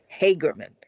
Hagerman